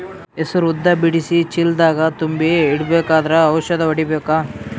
ಹೆಸರು ಉದ್ದ ಬಿಡಿಸಿ ಚೀಲ ದಾಗ್ ತುಂಬಿ ಇಡ್ಬೇಕಾದ್ರ ಔಷದ ಹೊಡಿಬೇಕ?